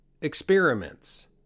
experiments